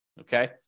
Okay